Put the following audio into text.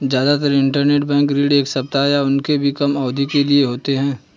जादातर इन्टरबैंक ऋण एक सप्ताह या उससे भी कम अवधि के लिए होते हैं